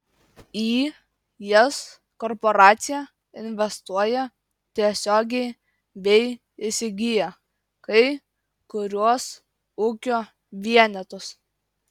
į jas korporacija investuoja tiesiogiai bei įsigyja kai kuriuos ūkio vienetus